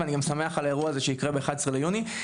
ואני גם שמח על האירוע הזה שיקרה ב-11 ביוני.